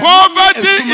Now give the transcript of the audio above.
Poverty